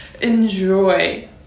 enjoy